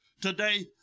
today